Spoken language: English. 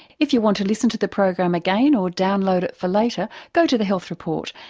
if you want to listen to the program again or download it for later go to the health report,